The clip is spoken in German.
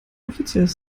offizielles